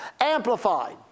Amplified